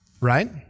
right